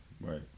right